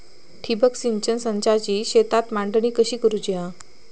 ठिबक सिंचन संचाची शेतात मांडणी कशी करुची हा?